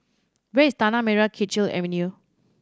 where is Tanah Merah Kechil Avenue